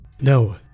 No